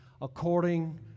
according